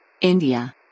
India